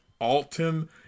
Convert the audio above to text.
Alton